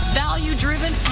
value-driven